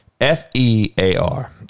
f-e-a-r